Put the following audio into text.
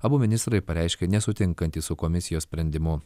abu ministrai pareiškė nesutinkantys su komisijos sprendimu